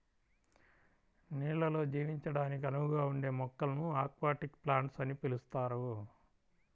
నీళ్ళల్లో జీవించడానికి అనువుగా ఉండే మొక్కలను అక్వాటిక్ ప్లాంట్స్ అని పిలుస్తారు